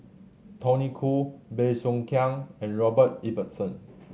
Tony Khoo Bey Soo Khiang and Robert Ibbetson